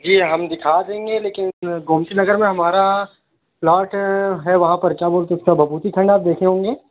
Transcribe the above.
جی ہم دکھا دیں گے لیکن گُومتی نگر میں ہمارا پلاٹ ہے وہاں پر کیا بولتے اُس کا بھبھوتی کھنڈ آپ دیکھے ہوں گے